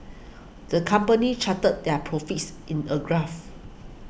the company charted their profits in a graph